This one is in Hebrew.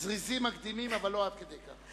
זריזים מקדימים, אבל לא עד כדי כך.